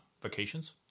vacations